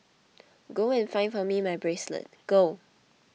go and find for me my bracelet go